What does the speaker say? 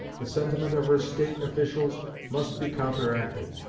the sentiment of her state officials must be counteracted.